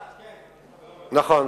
הא, כן, נכון,